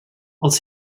els